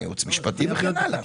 עם הייעוץ המשפטי וכן הלאה.